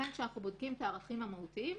כשאנחנו בודקים את הערכים המהותיים,